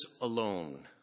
alone